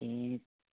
ए